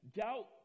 doubt